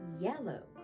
yellow